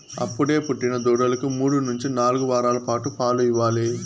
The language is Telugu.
అప్పుడే పుట్టిన దూడలకు మూడు నుంచి నాలుగు వారాల పాటు పాలు ఇవ్వాలి